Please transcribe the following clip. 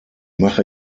mache